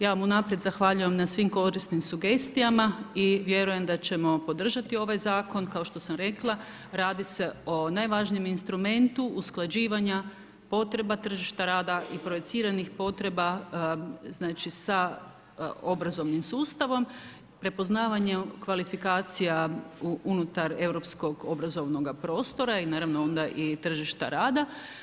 Ja vam unaprijed zahvaljujem na svim korisnim sugestijama i vjerujem da ćemo podržati ovaj zakon, kao što sam rekla, radi se o najvažnijem instrumentu usklađivanja potreba tržišta rada i projiciranih potreba sa obrazovnim sustavom, prepoznavanje kvalifikacija unutar europskog obrazovanog prostora, naravno onda i tržišta rada.